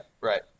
right